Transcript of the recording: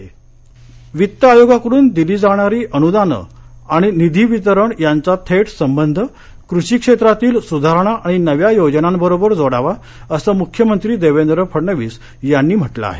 फडणवीस वित्त आयोगाकडून दिली जाणारी अनुदानं आणि निधी वितरण यांचा थेट संबंध कृषी क्षेत्रातील सुधारणा आणि नव्या योजनांबरोबर जोडावा असं मुख्यमंत्री देवेंद्र फडणवीस यांनी म्हटलं आहे